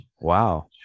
wow